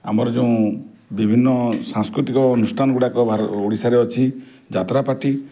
ଆମର ଯେଉଁ ବିଭିନ୍ନ ସାଂସ୍କୃତିକ ଅନୁଷ୍ଠାନ ଗୁଡ଼ିକ ଭାର ଓଡ଼ିଶାରେ ଅଛି ଯାତ୍ରା ପାର୍ଟି